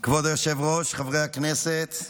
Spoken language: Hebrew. כבוד היושב-ראש, חברי הכנסת,